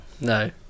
no